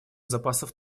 запасов